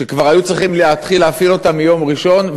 שכבר היו צריכים להתחיל להפעיל אותה מיום ראשון,